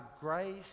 grace